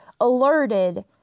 alerted